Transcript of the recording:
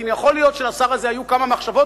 כי יכול להיות שלשר הזה היו כמה מחשבות,